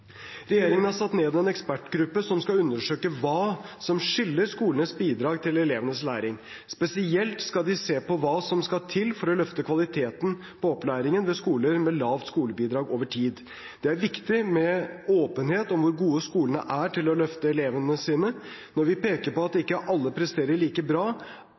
Regjeringen har satt ned en ekspertgruppe som skal undersøke hva som skiller skolenes bidrag til elevenes læring. Spesielt skal den se på hva som skal til for å løfte kvaliteten på opplæringen ved skoler med lavt skolebidrag over tid. Det er viktig med åpenhet om hvor gode skolene er til å løfte elevene sine. Når vi peker på at ikke alle presterer like bra,